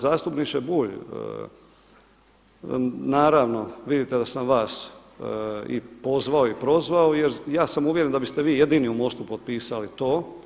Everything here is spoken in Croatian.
Zastupniče Bulj, naravno vidite da sam vas i pozvao i prozvao jer ja sam uvjeren da biste vi jedini u MOST-u potpisali to.